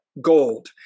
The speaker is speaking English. gold